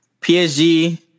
PSG